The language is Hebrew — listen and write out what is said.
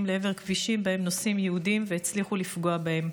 לעבר כבישים שבהם נוסעים יהודים והצליחו לפגוע בהם.